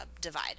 divide